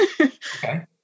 Okay